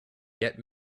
get